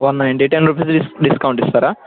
one ninety ten rupees discount ఇస్తారా